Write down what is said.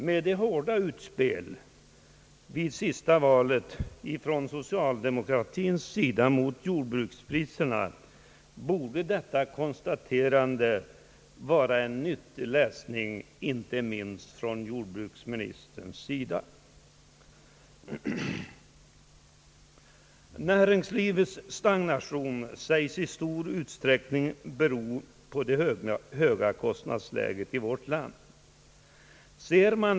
Med tanke på det hårda utspel socialdemokraterna gjorde vid det senaste valet borde detta konstaterande vara en nyttig läsning, inte minst för jordbruksministern. Näringslivets stagnation sägs i stor utsträckning bero på det höga kostnadsläget i vårt land.